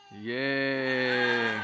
Yay